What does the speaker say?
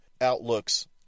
outlooks